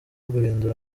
guhindura